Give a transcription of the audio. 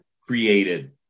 created